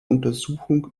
untersuchung